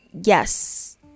yes